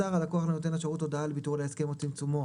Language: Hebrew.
מסר הלקוח לנותן השירות הודעה על ביטול ההסכם או צמצומו